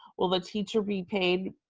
will the teacher be paid,